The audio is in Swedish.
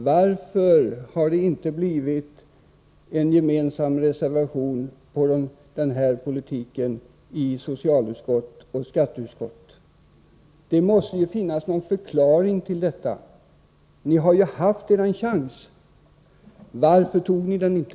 Varför har det inte blivit en gemensam reservation till förmån för denna politik i socialutskottet och skatteutskottet? Det måste ju finnas någon förklaring till detta. Ni har ju haft er chans, varför tog ni den inte?